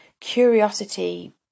curiosity